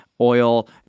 oil